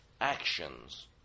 actions